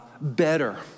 Better